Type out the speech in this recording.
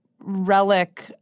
relic